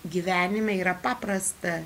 gyvenime yra paprasta